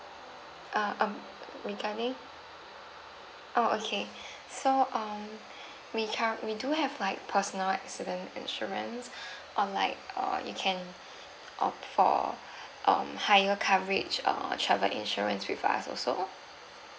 uh um regarding oh okay so um we current we do have like personal accident insurance or like uh you can opt for um higher coverage uh travel insurance with us also